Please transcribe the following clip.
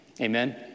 Amen